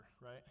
right